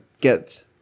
get